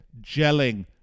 gelling